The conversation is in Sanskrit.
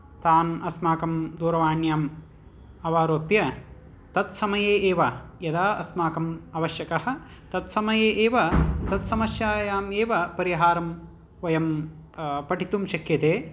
तान् अस्माकं दूरवाण्याम् अवरोप्य तत्समये एव यदा अस्माकम् आवश्यकः तत्समये एव तत्समस्यायाम् एव परिहारं वयं पठितुं शक्यते